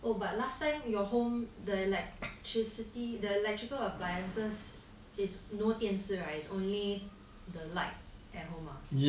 last time your home the electricity the electrical appliances is no 电视 right is only the light at home ah